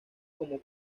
como